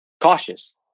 cautious